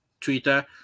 Twitter